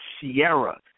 Sierra